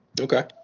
Okay